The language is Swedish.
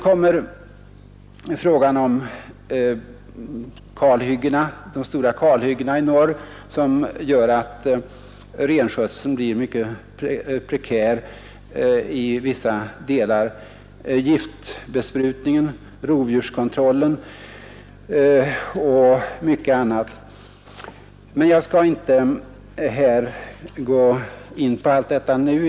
De stora kalhyggena i norr gör att situationen för renskötseln blir mycket prekär i vissa områden. Därtill kommer problemen med giftbesprutning, rovdjurskontroll och mycket annat. Men jag skall inte nu gå in på allt detta.